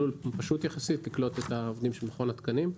במסלול פשוט יחסית אפשר לקלוט את העובדים של מכון התקנים.